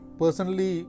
personally